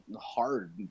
hard –